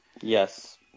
Yes